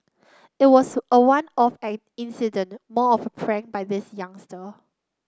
it was a one off incident more of prank by this youngster